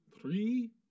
three